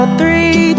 three